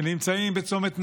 שנמצאים בצומת נהלל,